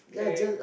correct